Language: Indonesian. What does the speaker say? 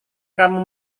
kamu